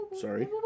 Sorry